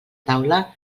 taula